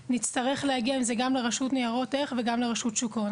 ונצטרך להגיע גם לרשות ניירות ערך וגם לרשות שוק ההון לגבי כל פעולה.